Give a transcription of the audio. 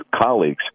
colleagues